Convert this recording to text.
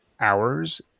hours